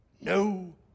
no